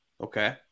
Okay